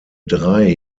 drei